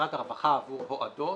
ממשרד הרווחה עבור הועדות,